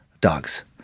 dogs